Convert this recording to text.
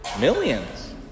millions